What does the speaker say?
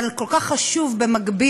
אבל כל כך חשוב במקביל.